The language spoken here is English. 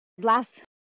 last